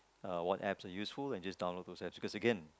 uh what apps are useful and just download these apps